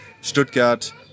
Stuttgart